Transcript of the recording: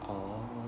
oh